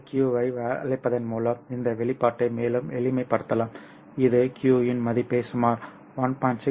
இந்த q ஐ அழைப்பதன் மூலம் இந்த வெளிப்பாட்டை மேலும் எளிமைப்படுத்தலாம் இது q இன் மதிப்பை சுமார் 1